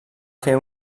fer